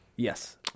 yes